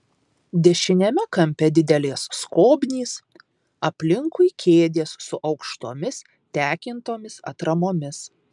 dešiniame kampe didelės skobnys aplinkui kėdės su aukštomis tekintomis atramomis